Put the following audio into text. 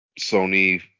Sony